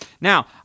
Now